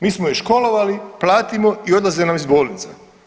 Mi smo ih školovali, platimo i odlaze nam iz bolnica.